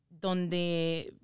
donde